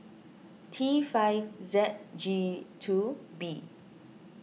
T five Z G two B